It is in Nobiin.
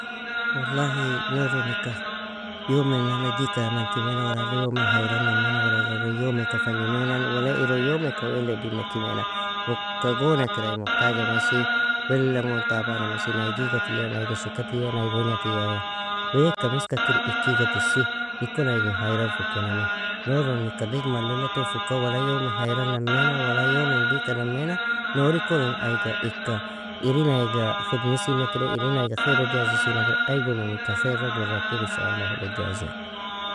والله noron ika, yomenana dika amantimaina, wala iri yomin hayra namaina, wala iron yomeaka fagnymainan, wala iron yomeaka weala edig nekimainna. Ukka gona kira ai mohtaga mesi, welelan gon tabana mesi, nayg igatiya? Nayga shekatiya? Nayg ognatiya ya? Weaka meska kir ik igatisi, ikon aig in hayral fukuname. Noron ika digmallela ton fuka wala yomen hayra namaina, wala yomen dika namaina, nori konon aiga ika irin aiga khidmisina kire, irin aiga khairo jazisina kira, aigonon ika khaira gurratil ان شاء الله log jaziya.